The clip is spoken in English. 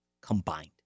combined